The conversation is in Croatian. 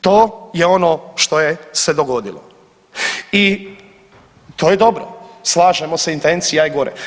To je ono što je se dogodilo i to je dobro, slažemo intencija je gore.